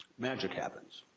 magic happens.